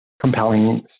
compelling